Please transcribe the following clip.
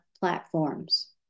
platforms